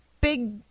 big